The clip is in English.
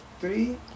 three